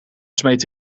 smeet